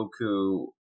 Goku